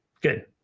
Good